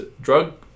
drug